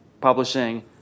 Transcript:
publishing